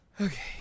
Okay